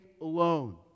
alone